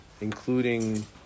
including